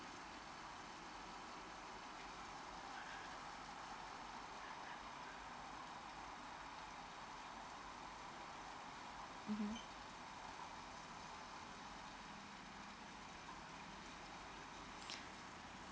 mmhmm